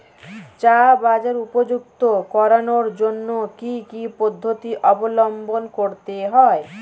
চা বাজার উপযুক্ত করানোর জন্য কি কি পদ্ধতি অবলম্বন করতে হয়?